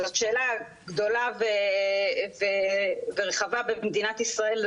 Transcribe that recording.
זאת שאלה גדולה ורחבה במדינת ישראל,